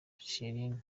chiellini